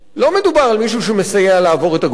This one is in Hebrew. לא מדובר על מישהו שמסייע לעבור את הגבול.